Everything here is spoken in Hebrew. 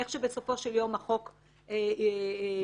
איך שבסופו של יום החוק --- מה